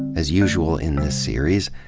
as usual in this series,